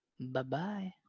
Bye-bye